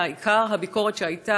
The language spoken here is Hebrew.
עיקר הביקורת שהייתה,